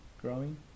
growing